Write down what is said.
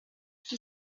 qui